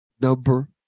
number